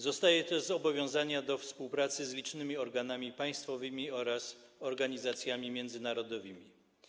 Zostaje też zobowiązana do współpracy z licznymi organami państwowymi oraz organizacjami międzynarodowymi.